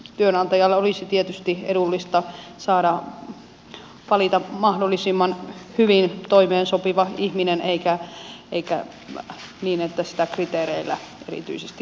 työnantajalle olisi tietysti edullista saada valita mahdollisimman hyvin toimeen sopiva ihminen eikä niin että sitä kriteereillä erityisesti hankaloitettaisiin